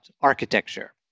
architecture